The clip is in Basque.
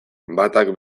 batak